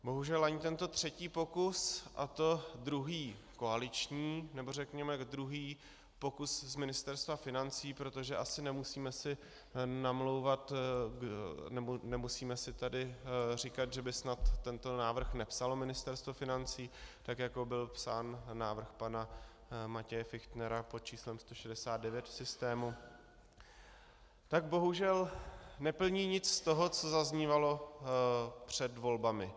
Bohužel ani tento třetí pokus, a to druhý koaliční, nebo řekněme druhý pokus z Ministerstva financí, protože si asi nemusíme namlouvat nebo nemusíme si tady říkat, že by snad tento návrh nepsalo Ministerstvo financí, tak jako byl psán návrh pana Matěje Fichtnera pod číslem 169 v systému, tak bohužel neplní nic z toho, co zaznívalo před volbami.